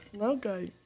Okay